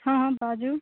हँ हँ बाजू